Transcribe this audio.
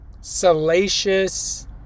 salacious